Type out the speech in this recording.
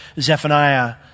Zephaniah